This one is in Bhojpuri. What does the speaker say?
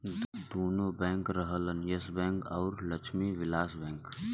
दुन्नो बैंक रहलन येस बैंक अउर लक्ष्मी विलास बैंक